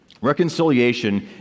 reconciliation